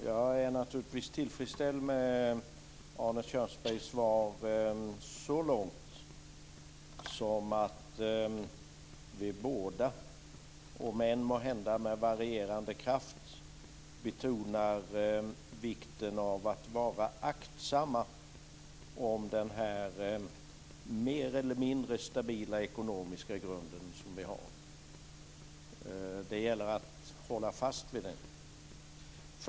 Jag är naturligtvis tillfredsställd med Arne Kjörnsbergs svar så långt som att vi båda, om än måhända med varierande kraft, betonar vikten av att vara aktsam om den mer eller mindre stabila ekonomiska grund som vi har. Det gäller att hålla fast vid den.